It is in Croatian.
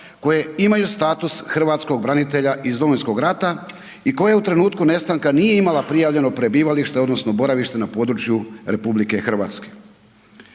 koje imaju status Hrvatskog branitelja iz Domovinskog rata i koje u trenutku nestanka nije imala prijavljeno prebivalište odnosno boravište na području RH.